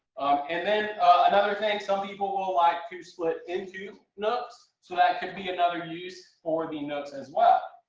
and then another thing some people will like to split into nucs. so that could be another use for the nucs as well.